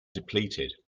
depleted